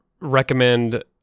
recommend